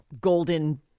golden